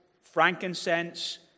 frankincense